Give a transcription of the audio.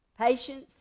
Patience